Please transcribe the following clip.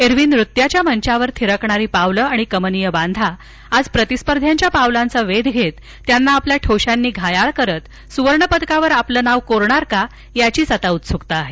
एरव्ही नृत्याच्या मंचावर थिरकणारी पावलं आणि कमनीय बांधा आज प्रतिस्पर्ध्याच्या पावलांचा वेध घेत त्यांना आपल्या ठोशांनी घायाळ करत सुवर्णपदकावर आपलं नाव कोरणार का याचीच आता उत्सुकता आहे